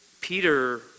Peter